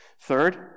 Third